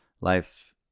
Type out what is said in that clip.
Life